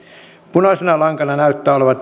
punaisena lankana näyttää olevan